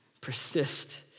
Persist